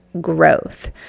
growth